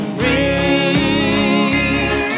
ring